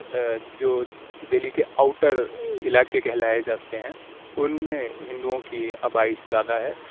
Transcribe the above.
جو دہلی کے آؤٹر علاقے کہلائے جاتے ہیں ان میں ہندوؤں کی آبائش زیادہ ہے